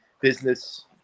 business